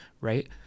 right